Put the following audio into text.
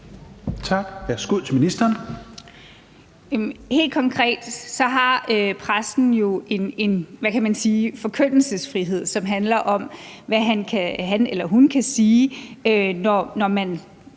Helt konkret har præsten jo en forkyndelsesfrihed, som handler om, hvad han eller hun kan sige, når man